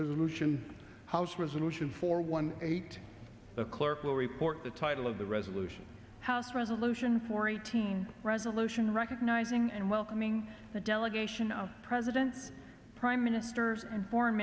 resolution house resolution for one eight the clerk will report the title of the resolution house resolution four eighteen resolution recognizing and welcoming the delegation of president prime minister and foreign